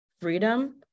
freedom